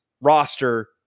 roster